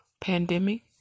pandemic